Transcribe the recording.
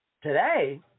today